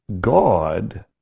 God